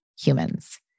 humans